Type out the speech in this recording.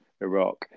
Iraq